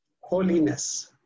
holiness